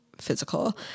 physical